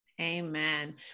amen